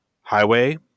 highway